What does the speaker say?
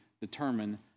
determine